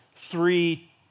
three